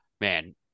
man